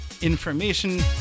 information